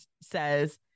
says